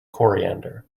coriander